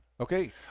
Okay